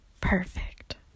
perfect